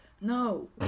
No